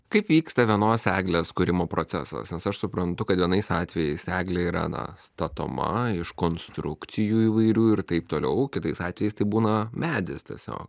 kaip vyksta vienos eglės kūrimo procesas nes aš suprantu kad vienais atvejais eglė yra na statoma iš konstrukcijų įvairių ir taip toliau kitais atvejais tai būna medis tiesiog